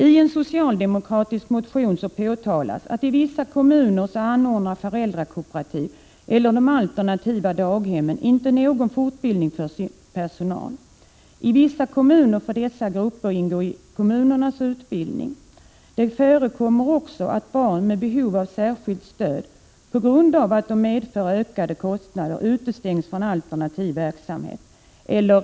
I en socialdemokratisk motion påpekas att i vissa kommuner anordnar föräldrakooperativen eller de alternativa daghemmen inte någon fortbildning för sin personal. I vissa kommuner får dessa grupper ingå i kommunernas utbildning. Det förekommer också att barn med behov av särskilt stöd utestängs från alternativ verksamhet på grund av att de medför ökade kostnader.